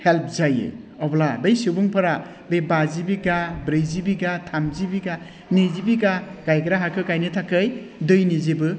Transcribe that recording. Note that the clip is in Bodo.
हेल्प जायो अब्ला बै सुबुंफोरा बे बाजि बिघा ब्रैजि बिघा थामजि बिघा नैजि बिघा गायग्रा हाखौ गायनो थाखाय दैनि जेबो